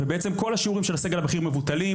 ובעצם כל השיעורים של הסגל הבכיר מבוטלים,